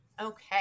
Okay